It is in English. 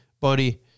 buddy